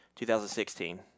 2016